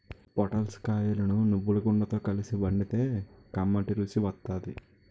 పొటల్స్ కాయలను నువ్వుగుండతో కలిపి వండితే కమ్మటి రుసి వత్తాది